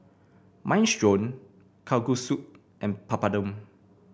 Minestrone Kalguksu and Papadum